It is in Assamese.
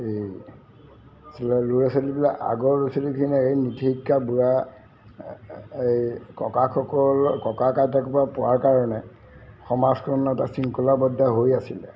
এই আচলতে ল'ৰা ছোৱালীবিলাক আগৰ ল'ৰা ছোৱালীখিনিয়ে এই নীতি শিক্ষা বুঢ়া এই ককাকসকলৰ ককাক আইতাকৰপৰা পোৱাৰ কাৰণে সমাজখন এটা শৃংখলাবদ্ধ হৈ আছিলে